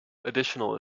additional